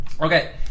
Okay